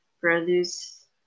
produce